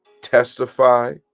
testify